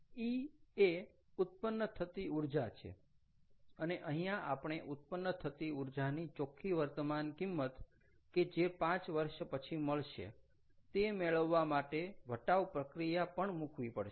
E એ ઉત્પન્ન થતી ઊર્જા છે અને અહિંયા આપણે ઉત્પન્ન થતી ઊર્જાની ચોખ્ખી વર્તમાન કિંમત કે જે 5 વર્ષ પછી મળશે તે મેળવવા માટે વટાવ પ્રક્રિયા પણ મૂકવી પડશે